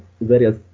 various